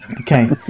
Okay